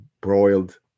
broiled